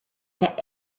that